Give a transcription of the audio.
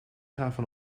gaven